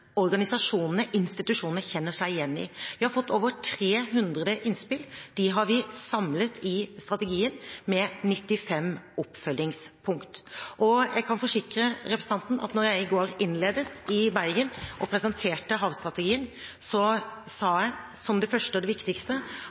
organisasjonene og institusjonene kjenner seg igjen i. Vi har fått over 300 innspill. Dem har vi samlet i strategien, med 95 oppfølgingspunkter. Jeg kan forsikre representanten om at da jeg i går innledet og presenterte havstrategien i Bergen, sa jeg, som det første og